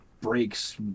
breaks